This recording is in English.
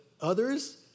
others